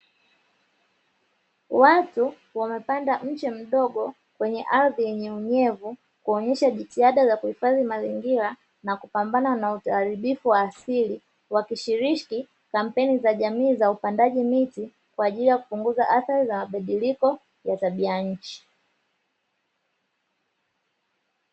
Watu wamepanda mche mdogo kwenye ardhi yenye unyevu kuonyesha jitihada za kuhifadhi mazingira na kupambana na uharibifu wa asili, wakishiriki kampeni za jamii za upandaji miti kwa ajili ya kupunguza athari za mabadiliko ya tabia nchi.